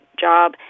job